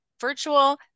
Virtual